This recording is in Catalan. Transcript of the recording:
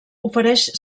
ofereix